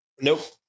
Nope